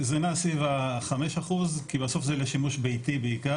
זה נע סביב ה-5% כי בסוף זה לשימוש ביתי בלבד,